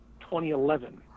2011